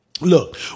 Look